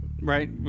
right